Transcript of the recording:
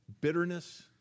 bitterness